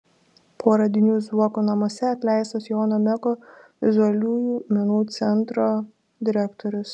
po radinių zuoko namuose atleistas jono meko vizualiųjų menų centro direktorius